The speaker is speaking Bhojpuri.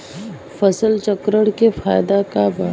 फसल चक्रण के फायदा का बा?